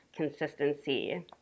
consistency